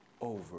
over